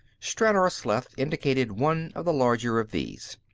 stranor sleth indicated one of the larger of these.